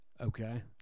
Okay